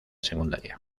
secundaria